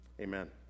Amen